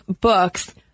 books